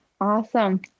Awesome